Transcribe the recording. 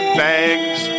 bags